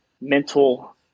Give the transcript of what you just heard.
mental